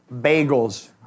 bagels